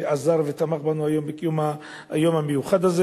שעזר ותמך בנו בקיום היום המיוחד הזה,